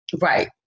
Right